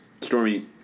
Stormy